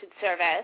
service